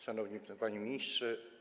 Szanowny Panie Ministrze!